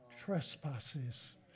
trespasses